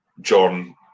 john